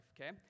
Okay